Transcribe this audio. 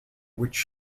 which